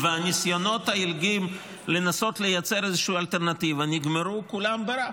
והניסיונות העילגים לנסות לייצר איזושהי אלטרנטיבה נגמרו כולם ברע,